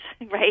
right